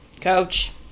Coach